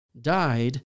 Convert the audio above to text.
died